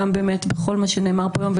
גם בכל מה שנאמר פה היום,